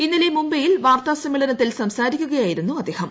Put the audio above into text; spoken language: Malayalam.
ഇന്നലെ മുംബൈയിൽ വാർത്താസമ്മേളനത്തി സംസാരിക്കുകയായിരുന്നു അദ്ദേഹം